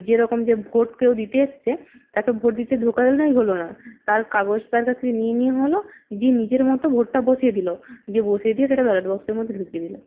যেরকম যে ভোট কেউ দিতে এসেছে তাকে ভোট দিতে ঢোকানোই হলো না তার কাগজ তার কাছ থেকে নিয়ে নেওয়া হলো দিয়ে নিজের মতো ভোটটা বসিয়ে দিল দিয়ে বসিয়ে দিয়ে সেটা ব্যালট বক্সের মধ্যে ঢুকিয়ে দিল